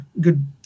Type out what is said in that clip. good